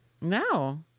No